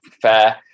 Fair